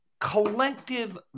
collective